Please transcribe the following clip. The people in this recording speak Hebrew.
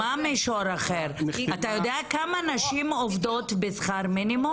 אתה יודע כמה נשים עובדות בשכר מינימום?